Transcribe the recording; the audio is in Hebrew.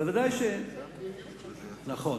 לכן